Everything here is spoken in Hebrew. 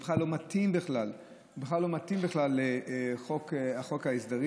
הוא בכלל לא מתאים לחוק ההסדרים.